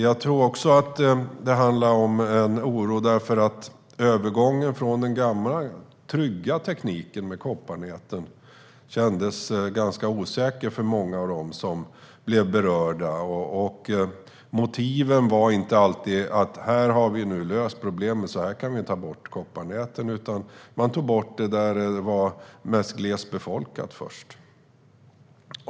Jag tror också att oron handlade om att övergången från den gamla trygga tekniken med kopparnäten kändes osäker för många berörda. Motivet var inte alltid att man hade löst problemen och därför kunde ta bort kopparnäten, utan man tog bort dem där det var mest glest befolkat först.